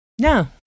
no